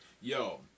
Yo